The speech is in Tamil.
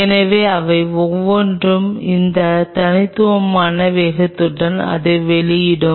எனவே அவை ஒவ்வொன்றும் அந்த தனித்துவமான வேகத்துடன் அதை வெளியிடும்